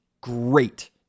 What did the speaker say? great